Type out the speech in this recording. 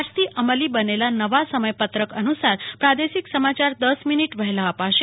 આજથી અમલી બનેલા નવા સમયપત્રક અનુસાર પ્રાદેશિક સમાયાર દસ મીનિટ વહેલા અપાશે